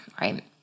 right